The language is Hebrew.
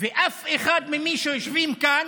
ואף אחד ממי שיושבים כאן,